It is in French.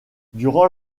durant